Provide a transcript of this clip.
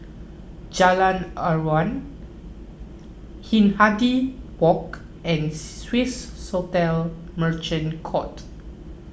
Jalan Aruan Hindhede Walk and Swissotel Merchant Court